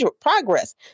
progress